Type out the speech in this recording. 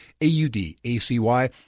A-U-D-A-C-Y